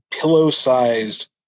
pillow-sized